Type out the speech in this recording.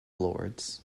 lords